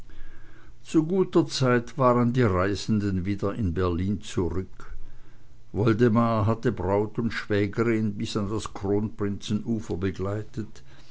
zu guter zeit waren die reisenden wieder in berlin zurück woldemar hatte braut und schwägerin bis an das kronprinzenufer begleitet